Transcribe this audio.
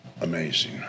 amazing